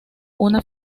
una